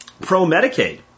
pro-Medicaid